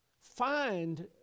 Find